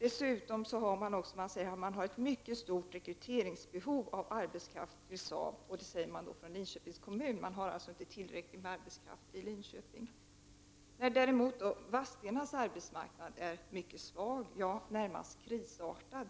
Dessutom har man ett mycket stort rekryteringsbehov. Det säger man från Linköpings kommun. Man har alltså inte tillräckligt med arbetskraft i Linköping. Däremot är arbetsmarknaden i Vadstena mycket svag, situationen är närmast krisartad.